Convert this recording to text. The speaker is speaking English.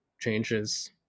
changes